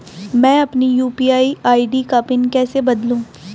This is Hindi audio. मैं अपनी यू.पी.आई आई.डी का पिन कैसे बदलूं?